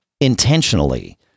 intentionally